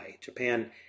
Japan